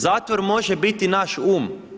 Zatvor može biti i naš um.